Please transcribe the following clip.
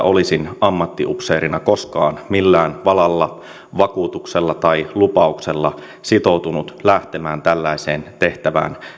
olisin ammattiupseerina koskaan millään valalla vakuutuksella tai lupauksella sitoutunut lähtemään tällaiseen tehtävään